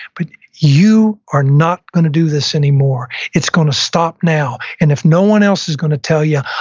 but you are not going to do this anymore. it's going to stop now, and if no one else is going to tell you,